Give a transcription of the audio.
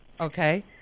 Okay